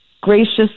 gracious